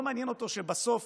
לא מעניין אותו שבסוף